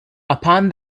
upon